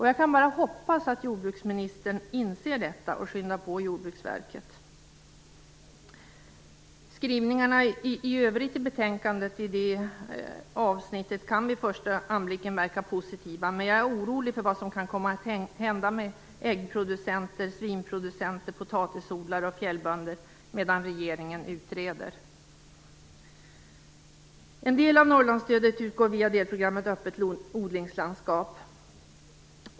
Jag kan bara hoppas att jordbruksministern inser detta, och skyndar på Jordbruksverket. Skrivningarna i övrigt i det avsnittet av betänkandet kan vid första anblicken verka positiva. Men jag är orolig för vad som kan komma att hända med äggproducenter, svinproducenter, potatisodlare och fjällbönder medan regeringen utreder. En del av Norrlandsstödet utgår via delprogrammet Öppet odlingslandskap.